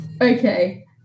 Okay